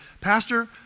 Pastor